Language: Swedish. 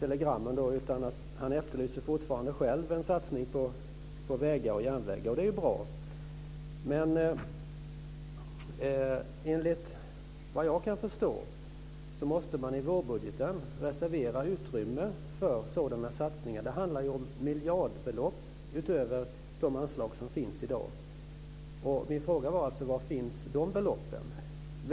telegrammen, utan han efterlyser fortfarande själv en satsning på vägar och järnvägar. Det är bra. Men enligt vad jag kan förstå måste man i vårbudgeten reservera utrymme för sådana satsningar. Det handlar ju om miljardbelopp utöver de anslag som finns i dag. Min fråga var alltså var de beloppen finns.